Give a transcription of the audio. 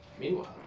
Meanwhile